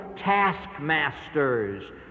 taskmasters